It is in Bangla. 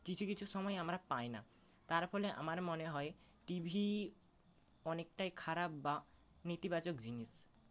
কিছু কিছু সময় আমরা পাই না তার ফলে আমার মনে হয় টিভি অনেকটাই খারাপ বা নেতিবাচক জিনিস